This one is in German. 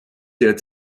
der